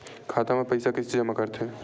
खाता म पईसा कइसे जमा करथे?